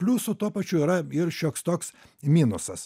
pliusu tuo pačiu yra ir šioks toks minusas